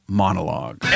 monologue